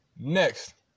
Next